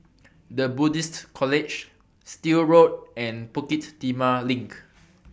The Buddhist College Still Road and Bukit Timah LINK